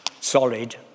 solid